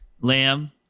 Lamb